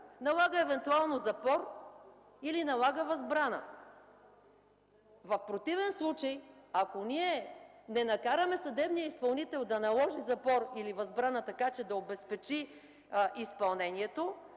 Налага евентуално запор или налага възбрана. В противен случай, ако ние не накараме съдебния изпълнител да наложи запор или възбрана, така че да обезпечи изпълнението,